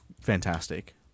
fantastic